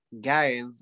guys